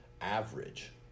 average